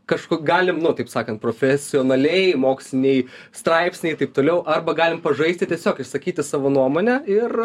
kažko galim nu taip sakant profesionaliai moksliniai straipsniai taip toliau arba galim pažaisti tiesiog išsakyti savo nuomonę ir